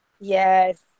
Yes